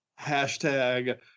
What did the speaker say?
Hashtag